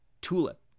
Tulip